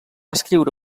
escriure